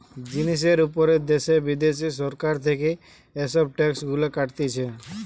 জিনিসের উপর দ্যাশে বিদ্যাশে সরকার থেকে এসব ট্যাক্স গুলা কাটতিছে